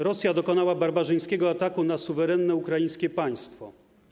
Rosja dokonała barbarzyńskiego ataku na suwerenne ukraińskie państwo.